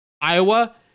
Iowa